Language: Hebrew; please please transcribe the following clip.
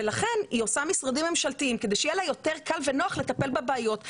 ולכן היא עושה משרדים ממשלתיים כדי שיהיה לה יותר קל ונוח לטפל בבעיות,